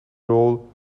roll